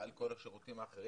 מעל כל השירותים האחרים,